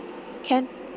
can